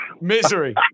misery